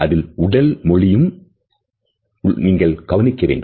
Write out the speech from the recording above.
அதில் உடல்மொழியும் நீங்கள் கவனிக்க வேண்டும்